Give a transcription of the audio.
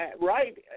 right